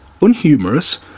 unhumorous